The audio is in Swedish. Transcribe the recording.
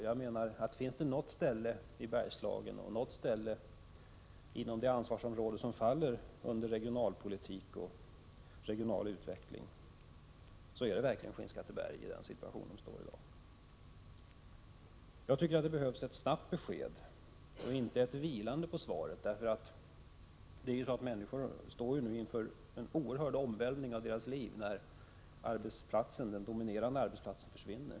Jag menar att om det finns något ställe i Bergslagen inom det ansvarsområde som faller under regionalpolitik och regional utveckling, så är det verkligen Skinnskatteberg med tanke på den situation som råder där i dag. Det behövs ett snabbt besked och inte ett vilande på svaret. Människor står inför en oerhört stor omvälvning, när den dominerande arbetsplatsen försvinner.